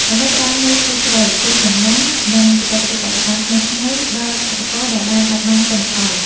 ដើម្បីផ្តល់នូវពូជស្រូវ ពូជដំណាំ និងបច្ចេកទេសកសិកម្មថ្មីៗដល់កសិករដែលបានបាត់បង់ទិន្នផល។